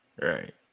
right